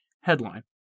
Headline